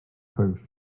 perfect